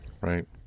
Right